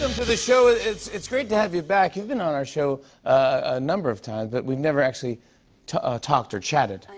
um to the show. it's it's great to have you back. you've been on our show a number of times, but we've never actually ah talked or chatted. i